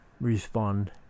respond